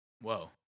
Whoa